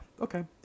okay